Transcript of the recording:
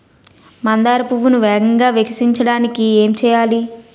మందార పువ్వును వేగంగా వికసించడానికి ఏం చేయాలి?